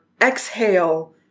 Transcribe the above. exhale